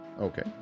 Okay